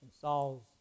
Saul's